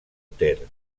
ter